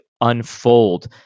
unfold